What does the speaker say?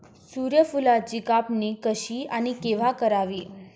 सूर्यफुलाची कापणी कशी आणि केव्हा करावी?